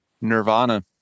nirvana